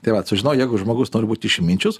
tai vat sužinojau jeigu žmogus nori būt išminčius